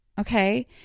Okay